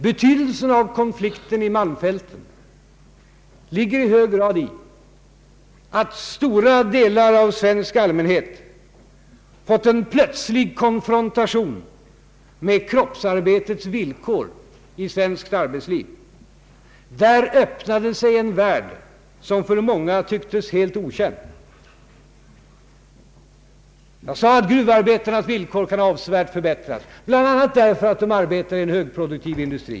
Betydelsen av konflikten vid malmfälten ligger i hög grad i att stora delar av svensk allmänhet fått en plötslig konfrontation med kroppsarbetets villkor i svenskt arbetsliv. Där öppnade sig en värld, som för många tycktes helt okänd. Jag sade att gruvarbetarnas villkor avsevärt kan förbättras, bl.a. därför att de arbetar i en högproduktiv industri.